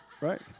right